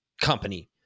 company